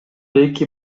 эки